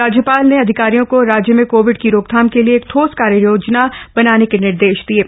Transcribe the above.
राज्यपाल ने अधिकारियों को राज्य में कोविड की रोकथाम के लिए एक ठोस कार्ययोजना बनाने के निर्देश दिये हैं